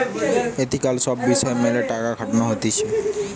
ethical সব বিষয় মেলে টাকা খাটানো হতিছে